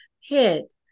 hit